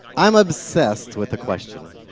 i'm obsessed with the question